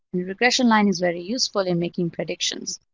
the regression line is very useful in making predictions.